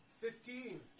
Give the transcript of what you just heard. Fifteen